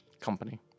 company